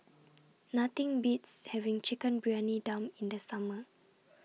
Nothing Beats having Chicken Briyani Dum in The Summer